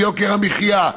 ביוקר המחיה,